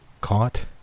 caught